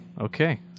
okay